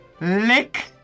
lick